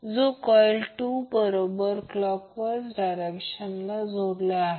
जो कॉइल 2 बरोबर clockwise direction ला जोडला आहे